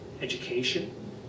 education